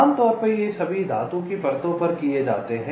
आमतौर पर ये सभी धातु की परतों पर किए जाते हैं